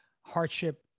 hardship